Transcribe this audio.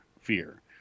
fear